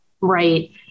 Right